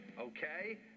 okay